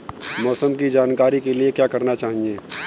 मौसम की जानकारी के लिए क्या करना चाहिए?